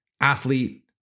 athlete